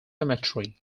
cemetery